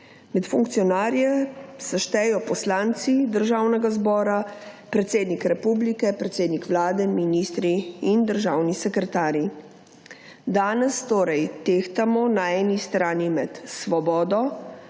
Med funkcionarje se štejejo poslanci Državnega zbora, predsednik republike, predsednik vlade, ministri in državni sekretarji. Danes torej tehtamo na eni strani med svobodo,